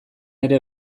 ere